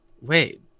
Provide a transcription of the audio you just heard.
wait